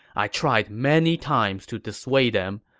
i tried many times to dissuade them,